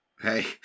Hey